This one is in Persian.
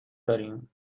داریم